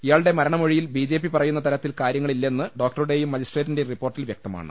ഇയാളുടെ മരണ മൊഴിയിൽ ബിജെപി പറയുന്ന തരത്തിൽ കാര്യങ്ങളില്ലെന്ന് ഡോക്ടറു ടെയും മജിസ്ട്രേറ്റിന്റെയും റിപ്പോർട്ടിൽ വൃക്തമാണ്